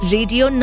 Radio